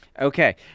Okay